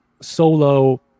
solo